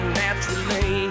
naturally